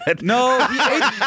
No